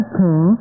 king